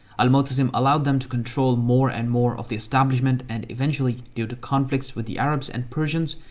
al-mutasim allowed them to control more and more of the establishment and eventually, due to conflicts with the arabs and persians,